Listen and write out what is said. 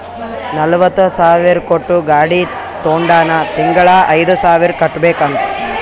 ನಲ್ವತ ಸಾವಿರ್ ಕೊಟ್ಟು ಗಾಡಿ ತೊಂಡಾನ ತಿಂಗಳಾ ಐಯ್ದು ಸಾವಿರ್ ಕಟ್ಬೇಕ್ ಅಂತ್